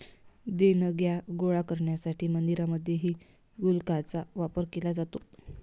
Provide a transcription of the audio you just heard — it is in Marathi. देणग्या गोळा करण्यासाठी मंदिरांमध्येही गुल्लकांचा वापर केला जातो